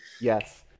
Yes